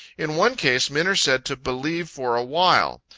in one case, men are said to believe for a while.